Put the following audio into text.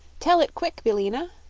tell it quick, billina!